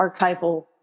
archival